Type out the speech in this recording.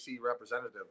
representative